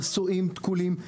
המסועים תקולים.